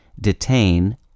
detain